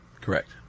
Correct